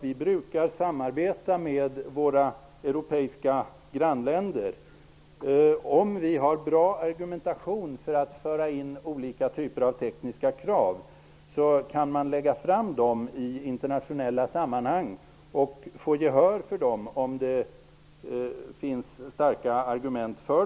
Vi brukar samarbeta med våra europeiska grannländer. Om vi i internationella sammanhang har bra argument för att införa olika typer av tekniska krav, kan vi få gehör för dessa.